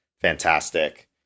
Fantastic